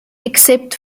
except